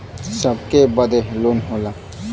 सबके बदे लोन होला